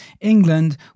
England